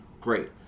great